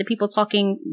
thepeopletalking